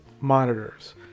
monitors